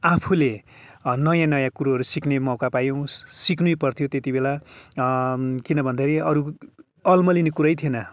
आफूले नयाँ नयाँ कुरोहरू सिक्ने मौका पायौँ सिक्नै पर्थ्यो त्यति बेला किन भन्दाखेरि अरू अलमलिने कुरै थिएन